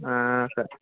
సరే